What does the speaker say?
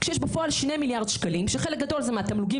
כשיש בפועל 2 מיליארד שקלים שחלק גדול זה מהתמלוגים